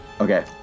Okay